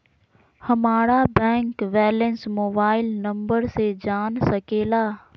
हमारा bank balance mobile number से जान सके ला?